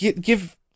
Give